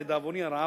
לדאבוני הרב,